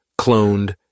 cloned